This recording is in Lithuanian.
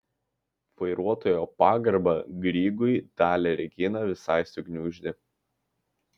vairuotojo pagarba grygui dalią reginą visai sugniuždė